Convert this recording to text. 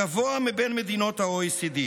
הגבוה מבין מדינות ה-OECD.